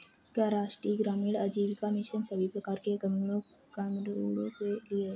क्या राष्ट्रीय ग्रामीण आजीविका मिशन सभी प्रकार के ग्रामीणों के लिए है?